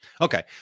okay